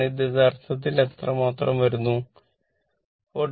ഇത് യഥാർത്ഥത്തിൽ എത്രമാത്രം വരുന്നു 43